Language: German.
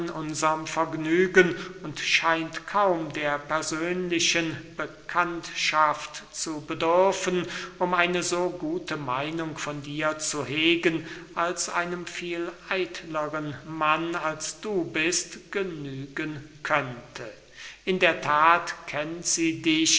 unserm vergnügen und scheint kaum der persönlichen bekanntschaft zu bedürfen um eine so gute meinung von dir zu hegen als einem viel eitleren mann als du bist genügen könnte in der that kennt sie dich